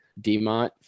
Demont